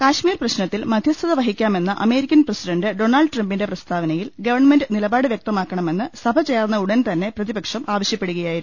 കശ്മീർ പ്രശ്നത്തിൽ മധ്യസ്ഥതവഹിക്കാമെന്ന American president Donald ട്രംപിന്റെ പ്രസ്താവനയിൽ ഗവൺ മന്റ് നിലപാട് വ്യക്തമാക്കണമെന്ന് സഭ ചേർന്ന ഉടൻ തന്നെ പ്രതി പക്ഷം ആവശ്യപ്പെടുകയായിരുന്നു